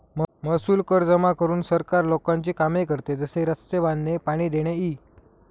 महसूल कर जमा करून सरकार लोकांची कामे करते, जसे रस्ते बांधणे, पाणी देणे इ